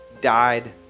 died